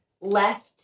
left